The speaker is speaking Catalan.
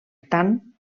tant